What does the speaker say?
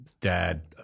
dad